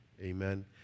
Amen